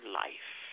life